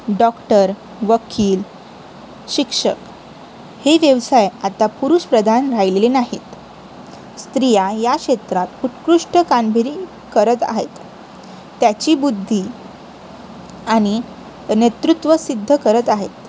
doctor वकील शिक्षक हे व्यवसाय आता पुरुषप्रधान राहिलेले नाहीत स्त्रिया या क्षेत्रात उत्कृष्ट कामगिरी करत आहेत त्याची बुद्धी आणि नेतृत्व सिद्ध करत आहेत